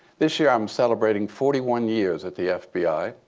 this year, i'm celebrating forty one years at the fbi.